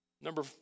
Number